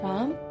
Ram